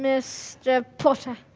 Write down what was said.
mr. potter?